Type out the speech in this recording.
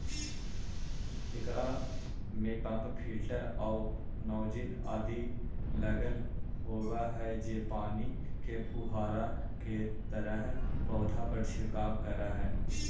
एकरा में pump filter आउ नॉजिल आदि लगल होवऽ हई जे पानी के फुहारा के तरह पौधा पर छिड़काव करऽ हइ